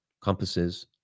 compasses